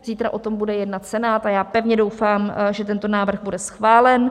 Zítra o tom bude jednat Senát a já pevně doufám, že tento návrh bude schválen.